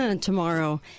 tomorrow